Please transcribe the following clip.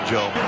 Joe